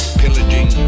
pillaging